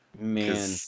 Man